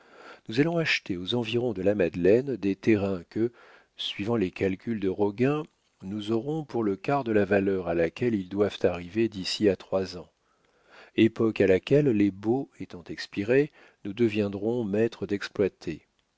nous allons acheter aux environs de la madeleine des terrains que suivant les calculs de roguin nous aurons pour le quart de la valeur à laquelle ils doivent arriver d'ici à trois ans époque à laquelle les baux étant expirés nous deviendrons maîtres